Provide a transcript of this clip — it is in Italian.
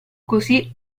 così